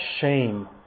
shame